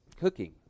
cooking